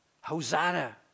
Hosanna